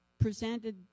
presented